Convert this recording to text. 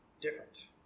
different